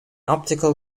optical